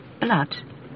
blood